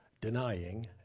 denying